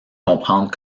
comprendre